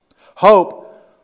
Hope